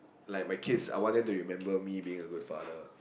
like my kids I want it to remember me being a good father